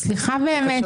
סליחה, באמת